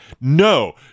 no